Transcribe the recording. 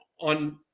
on